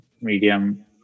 medium